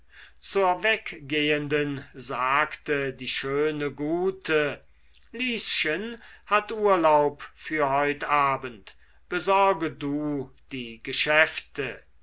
zur weggehenden sagte die schöne gute lieschen hat urlaub für heut abend besorge du die geschäfte